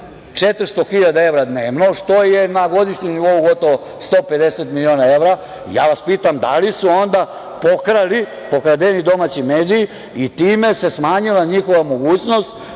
hiljada evra dnevno, što je na godišnjem nivou oko 150 miliona evra, ja vas pitam da li su onda pokradeni domaći mediji i time se smanjila njihova mogućnost